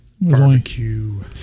Barbecue